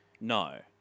No